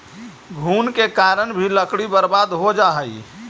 घुन के कारण भी लकड़ी बर्बाद हो जा हइ